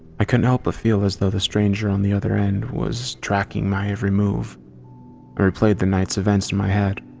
i couldn't help but ah feel as though the stranger on the other end was tracking my every move. i replayed the night's events in my head,